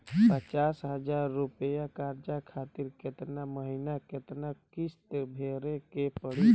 पचास हज़ार रुपया कर्जा खातिर केतना महीना केतना किश्ती भरे के पड़ी?